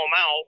out